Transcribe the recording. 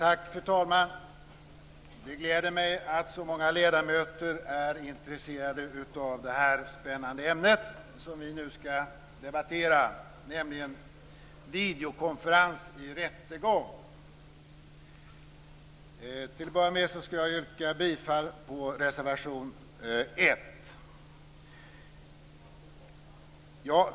Fru talman! Det gläder mig att så många ledamöter är intresserade av det spännande ämne som vi nu skall debattera, nämligen videokonferens i rättegång. Till att börja med skall jag yrka bifall till reservation 1.